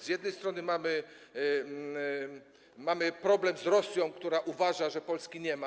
Z jednej strony mamy problem z Rosją, która uważa, że Polski nie ma.